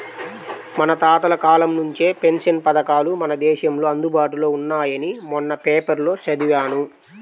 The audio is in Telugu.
మన తాతల కాలం నుంచే పెన్షన్ పథకాలు మన దేశంలో అందుబాటులో ఉన్నాయని మొన్న పేపర్లో చదివాను